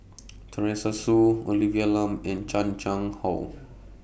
Teresa Hsu Olivia Lum and Chan Chang How